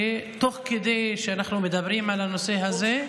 שתוך כדי שאנחנו מדברים על הנושא הזה,